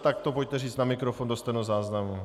Tak to pojďte říct na mikrofon do stenozáznamu.